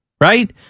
right